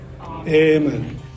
Amen